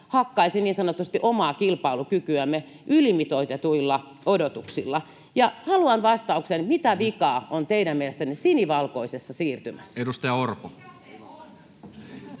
hakkaisi niin sanotusti omaa kilpailukykyämme ylimitoitetuilla odotuksilla. Haluan vastauksen, mitä vikaa on teidän mielestänne sinivalkoisessa siirtymässä. [Inka Hopsu: